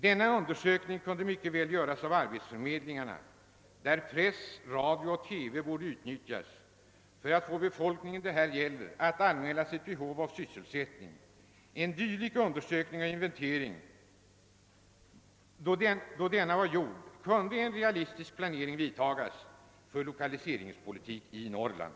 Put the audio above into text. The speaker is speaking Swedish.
Denna undersökning kunde mycket väl göras av arbetsförmedlingarna, varvid press, radio och TV borde utnyttjas för att förmå den befolkning det här gäller att anmäla sitt behov av sysselsättning. Då en dylik undersökning och inventering blivit gjord kunde en realistisk planering vidtagas för lokaliseringspolitiken i Norrland: